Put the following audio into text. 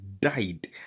died